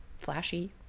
flashy